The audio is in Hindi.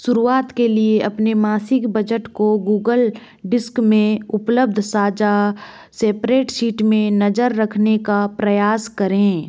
शुरुआत के लिए अपने मासिक बजट को गूगल डिस्क में उपलब्ध साझा स्प्रेडशीट में नज़र रखने का प्रयास करें